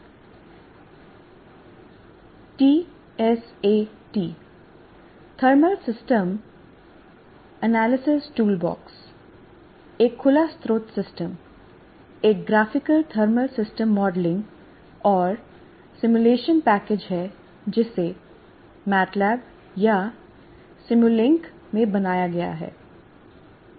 TSAT thermal system analysis toolbox एक खुला स्त्रोत सिस्टम एक ग्राफिकल थर्मल सिस्टम मॉडलिंग और सिमुलेशन पैकेज है जिसे एमएटीएलएबी या सिमुलिंक में बनाया गया है